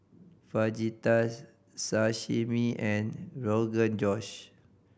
Fajitas Sashimi and Rogan Josh